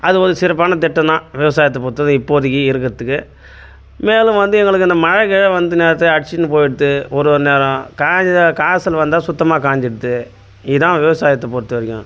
அது ஒரு சிறப்பான திட்டம் தான் விவசாயத்தை பொறுத்தவரைக்கும் இப்போதைக்கி இருக்கிறத்துக்கு மேலும் வந்து எங்களுக்கு இந்த மழை கிழை வந்த நேரத்துக்கு அடிச்சுன்னு போயிடுது ஒரு ஒரு நேரம் காய்ச்சல் வந்தால் சுத்தமாக காய்ஞ்சிடுது இதுதான் விவசாயத்தை பொறுத்தவரைக்கும்